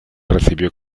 recibió